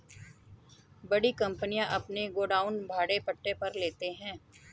बड़ी कंपनियां अपने गोडाउन भाड़े पट्टे पर लेते हैं